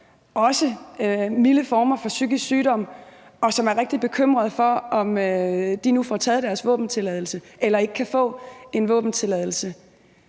også milde former for psykisk sygdom, og som er rigtig bekymrede for, om de nu får taget deres våbentilladelse eller ikke kan få en våbentilladelse,